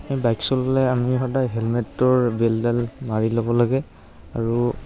সেই বাইক চলালে আমি সদায় হেলমেটটোৰ বেল্টডাল মাৰি ল'ব লাগে আৰু